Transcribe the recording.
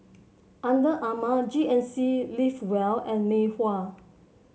Under Armour G N C Live Well and Mei Hua